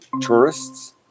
tourists